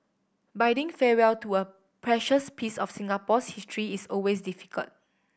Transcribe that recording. bidding farewell to a precious piece of Singapore's history is always difficult